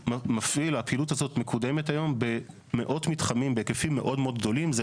הפעילות הזאת מקודמת היום במאות מתחמים בהיקפים מאוד מאוד גדולים.